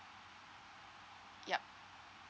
yup